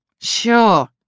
Sure